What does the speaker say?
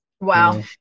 Wow